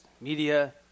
media